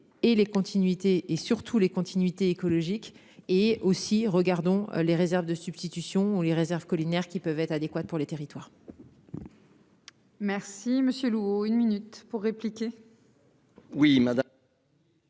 et surtout les continuités écologiques et aussi regardons les réserves de substitution on les réserves collinaires qui peuvent être adéquate pour les territoires. Merci monsieur eau une minute pour répliquer. Oui madame.